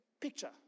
picture